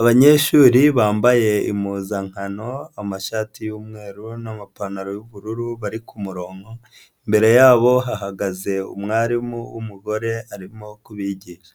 abanyeshuri bambaye impuzankano amashati y'umweru n'amapantaro y'ubururu bari ku murongo, imbere yabo hagaze umwarimu w'umugore arimo kubigisha.